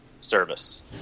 service